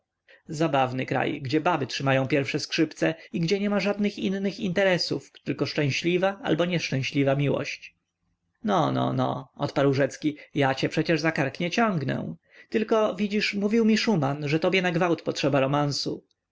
zabawny kraj gdzie baby trzymają pierwsze skrzypce i gdzie niema żadnych innych interesów tylko szczęśliwa albo nieszczęśliwa miłość no no no odparł rzecki ja cię przecież za kark nie ciągnę tylko widzisz mówił mi szuman że tobie na gwałt potrzeba romansu